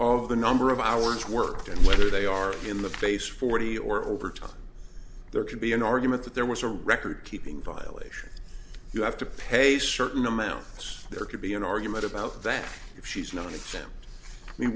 of the number of hours worked and whether they are in the face forty or over time there could be an argument that there was a record keeping violation you have to pay a certain amount it's there could be an argument about that if she's not ex